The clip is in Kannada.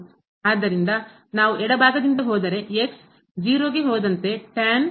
ಆದ್ದರಿಂದ ನಾವು ಎಡಭಾಗದಿಂದ ಹೋದರೆ 0 ಹೋದಂತೆ ವಿಲೋಮ 1 ಭಾಗಿಸು